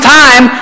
time